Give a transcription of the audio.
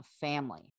family